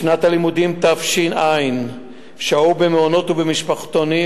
בשנת הלימודים תש"ע שהו במעונות ובמשפחתונים